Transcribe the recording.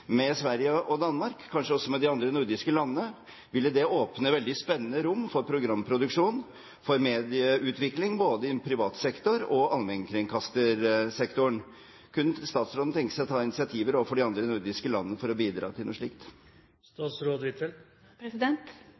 med Sverige og Danmark, og kanskje også med de andre nordiske landene – ville det åpne veldig spennende rom for programproduksjon og medieutvikling både i privat sektor og i allmennkringkastersektoren. Kunne statsråden tenke seg å ta initiativ overfor de andre nordiske landene for å bidra til noe slikt?